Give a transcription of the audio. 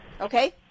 Okay